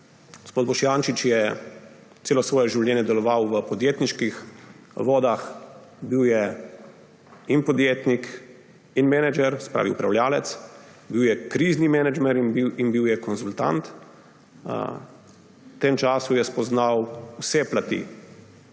Gospod Boštjančič je celo svoje življenje deloval v podjetniških vodah. Bil je in podjetnik in menedžer, se pravi upravljavec, bil je krizni menedžer in bil je konzultant. V tem času je spoznal vse plati